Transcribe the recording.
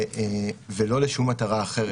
ולא לשום מטרה אחרת.